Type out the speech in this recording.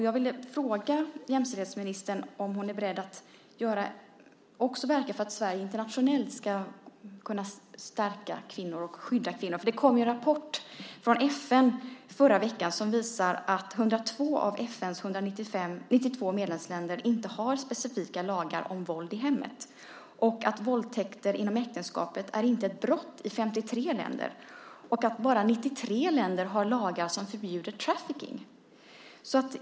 Jag vill fråga jämställdhetsministern om hon är beredd att verka för att Sverige internationellt ska stärka och skydda kvinnor. Det kom en FN-rapport förra veckan som visar att 102 av FN:s 192 medlemsländer inte har specifika lagar om våld i hemmet, att våldtäkter inom äktenskapet inte är ett brott i 53 länder samt att endast 93 länder har lagar som förbjuder trafficking.